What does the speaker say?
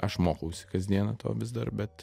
aš mokausi kas dieną to vis dar bet